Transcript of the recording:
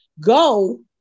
go